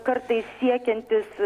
kartais siekiantis